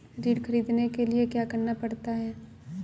ऋण ख़रीदने के लिए क्या करना पड़ता है?